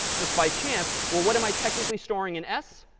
just by chance. well, what am i technically storing in s?